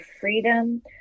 freedom